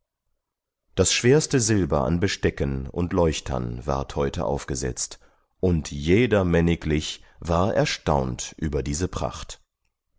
das schwerste silber an bestecken und leuchtern ward heute aufgesetzt und jedermänniglich war erstaunt über diese pracht